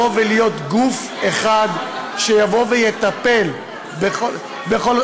להיות גוף אחד שיטפל בכל,